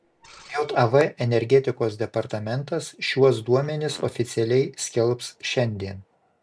jav energetikos departamentas šiuos duomenis oficialiai skelbs šiandien